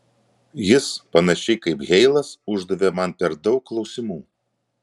jis panašiai kaip heilas uždavė man per daug klausimų